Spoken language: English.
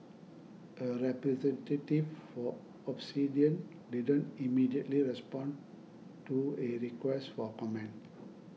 a representative for Obsidian didn't immediately respond to a request for comment